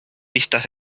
vistas